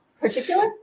Particular